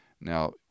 Now